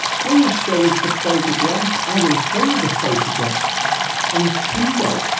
please show is the photograph i will show you the photograph on sunday